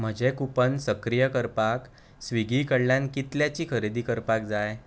म्हजें कूपन सक्रीय करपाक स्विगी कडल्यान कितल्याची खरेदी करपाक जाय